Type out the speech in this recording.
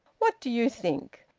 what do you think?